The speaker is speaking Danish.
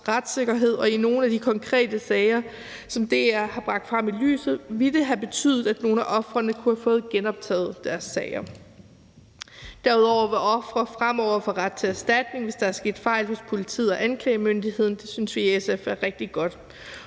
og i nogle af de konkrete sager, som DR har bragt frem i lyset, ville det have betydet, at ofrene kunne have fået genoptaget deres sager. Derudover vil ofre fremover få ret til erstatning, hvis der er sket fejl hos politiet og anklagemyndigheden. Det synes vi i SF er rigtig godt,